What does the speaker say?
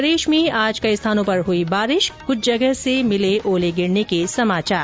प्रदेश में आज कई स्थानों पर हुई बारिश कुछ जगह से मिले ओले गिरने के समाचार